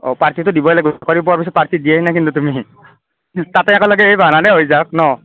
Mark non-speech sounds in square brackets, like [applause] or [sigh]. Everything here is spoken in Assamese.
অ পাৰ্টিটো দিবই লাগিব চাকৰি পোৱাৰ পিছত পাৰ্টিটো দিয়াই নাই কিন্তু তুমি তাতে আকৌ লাগে [unintelligible] ন'